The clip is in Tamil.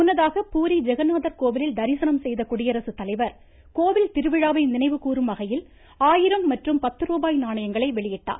முன்னதாக பூரி ஜெகந்நாதர் கோவிலில் தரிசனம் செய்த குடியரசுத்தலைவர் கோவில் திருவிழாவை நினைவு கூறும் வகையில் ஆயிரம் மற்றும் பத்து ருபாய் நாணயங்களை வெளியிட்டார்